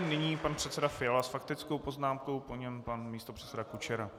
Nyní pan předseda Fiala s faktickou poznámkou, po něm pan místopředseda Kučera.